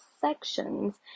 sections